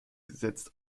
gesetz